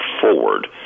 forward